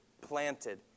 planted